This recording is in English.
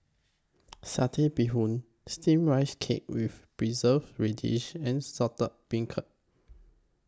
Satay Bee Hoon Steamed Rice Cake with Preserved Radish and Saltish Beancurd